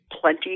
plenty